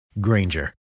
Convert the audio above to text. Granger